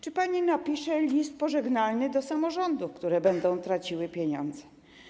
Czy pani napisze list pożegnalny do samorządów, które będą traciły pieniądze?